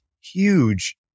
huge